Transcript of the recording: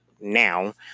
now